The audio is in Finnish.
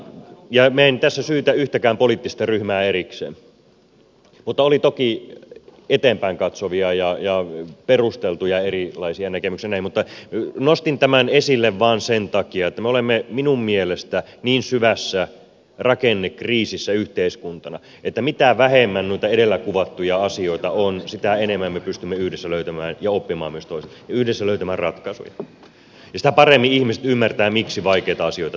minä en tässä syytä yhtäkään poliittista ryhmää erikseen oli toki eteenpäin katsovia ja perusteltuja erilaisia näkemyksiä ja näin mutta nostin tämän esille vain sen takia että me olemme minun mielestäni niin syvässä rakennekriisissä yhteiskuntana että mitä vähemmän noita edellä kuvattuja asioita on sitä enemmän me pystymme oppimaan myös toisilta ja yhdessä löytämään ratkaisuja ja sitä paremmin ihmiset ymmärtävät miksi vaikeita asioita tehdään